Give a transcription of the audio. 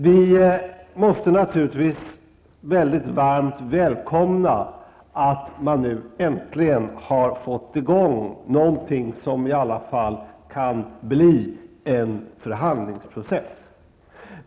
Vi måste naturligtvis mycket varmt välkomna att man nu äntligen har fått i gång någonting som i alla fall kan bli en förhandlingsprocess.